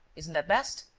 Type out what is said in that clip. isn't that best?